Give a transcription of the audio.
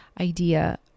idea